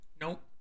Nope